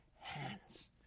hands